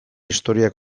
historia